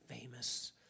famous